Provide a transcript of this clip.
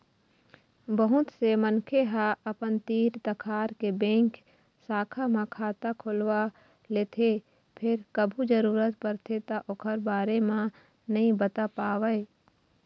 बहुत से मनखे ह अपन तीर तखार के बेंक शाखा म खाता खोलवा लेथे फेर कभू जरूरत परथे त ओखर बारे म नइ बता पावय